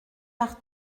par